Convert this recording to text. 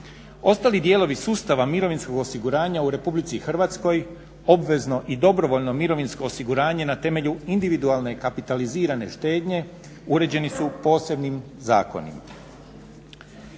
Ostali dijelovi sustava mirovinskog osiguranja u RH obvezno i dobrovoljno mirovinsko osiguranje na temelju individualne kapitalizirane štednje uređeni su posebnim zakonom.